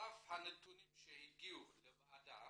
על אף הנתונים שהגיעו לוועדה,